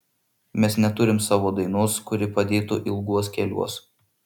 mes neturim savo dainos kuri padėtų ilguos keliuos